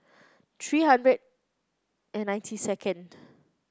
three hundred and ninety second